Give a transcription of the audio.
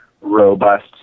robust